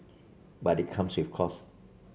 but it comes with costs